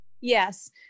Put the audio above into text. Yes